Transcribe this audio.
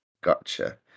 Gotcha